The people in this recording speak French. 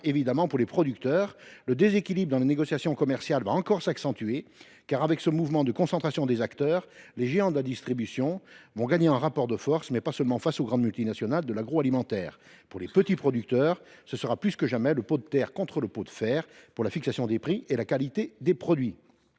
». Enfin, pour les producteurs, le déséquilibre dans les négociations commerciales va encore s’accentuer. Avec ce mouvement de concentration des acteurs, les géants de la distribution vont en effet y gagner dans le rapport de force actuel, et pas seulement face aux grandes multinationales de l’agroalimentaire. Pour les petits producteurs, ce sera plus que jamais le pot de terre contre le pot de fer en matière de fixation des prix et de qualité des produits.